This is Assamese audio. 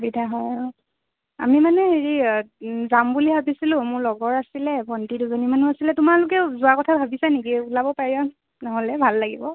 সুবিধা হয় আমি মানে হেৰি যাম বুলি ভাবিছিলোঁ মোৰ লগৰ আছিলে ভণ্টি দুজনীমানো আছিলে তোমালোকেও যোৱা কথা ভাবিছা নেকি ওলাব পাৰিবা নহ'লে ভাল লাগিব